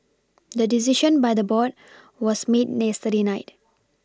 the decision by the board was made yesterday night